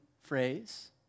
phrase